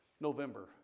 November